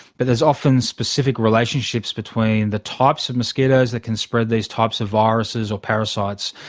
but there is often specific relationships between the types of mosquitoes that can spread these types of viruses or parasites,